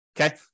Okay